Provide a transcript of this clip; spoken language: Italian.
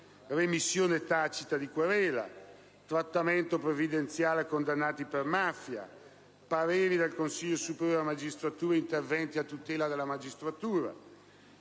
remissione tacita di querela, al trattamento previdenziale dei condannati per mafia, ai pareri del Consiglio superiore della magistratura e agli interventi a tutela della magistratura,